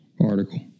article